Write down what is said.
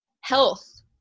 health